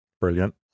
Brilliant